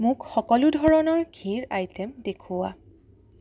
মোক সকলো ধৰণৰ ঘিৰ আইটে'ম দেখুওৱা